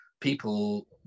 people